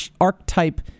archetype